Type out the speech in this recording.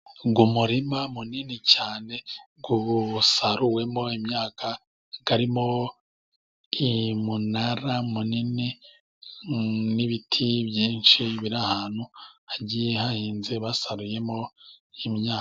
Ngo umurima munini cyane uba usaruwemo imyaka, harimo umunara munini n'ibiti byinshi, biri ahantu hagiye hahinze basaruyemo imyaka.